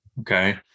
Okay